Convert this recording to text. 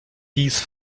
dies